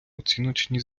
оціночні